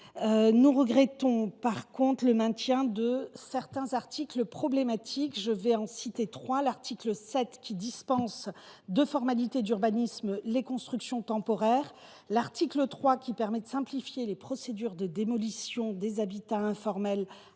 Nous regrettons, en revanche, le maintien de certains articles problématiques. Il s’agit de l’article 7, qui dispense de formalités d’urbanisme les constructions temporaires ; de l’article 3, qui permet de simplifier les procédures de démolition des habitats informels à Mayotte